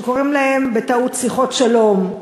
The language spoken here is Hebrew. שקוראים להן בטעות "שיחות שלום",